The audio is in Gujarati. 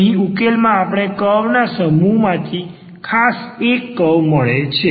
અહીં ખાસ ઉકેલમાં આપણે કર્વના સમૂહમાંથી ખાસ એક કર્વ મળે છે